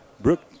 Brooke